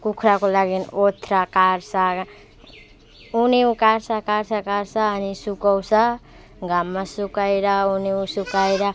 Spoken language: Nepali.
कुखुराको लागि ओथ्रा काड्छ उन्यु काट्छ काट्छ काट्छ अनि सुकाउँछ घाममा सुकाएर उन्यु सुकाएर